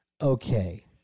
okay